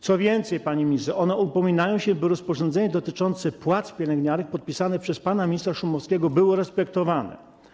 Co więcej, pani minister, one upominają się, by rozporządzenie dotyczące płac pielęgniarek, podpisane przez pana ministra Szumowskiego, było respektowane.